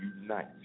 unite